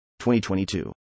2022